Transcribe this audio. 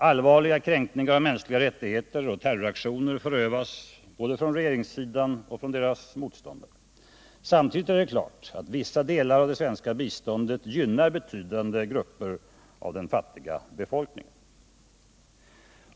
Allvarliga kränkningar av mänskliga rättigheter och terroraktioner förövas både från regeringssidan och från dess motståndare. Samtidigt är det klart att vissa delar av det svenska biståndet gynnar betydande grupper av den fattiga befolkningen.